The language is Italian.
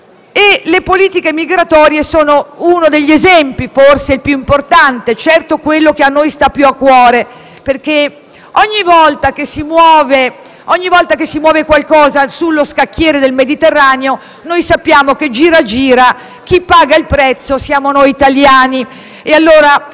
Le politiche migratorie sono uno degli esempi, forse il più importante, certo quello che a noi sta più a cuore, perché ogni volta che si muove qualcosa sullo scacchiere del Mediterraneo, sappiamo che - gira, gira - chi paga il prezzo siamo noi italiani.